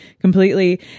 completely